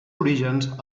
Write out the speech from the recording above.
orígens